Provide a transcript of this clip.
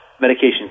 Medication